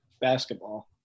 basketball